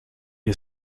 est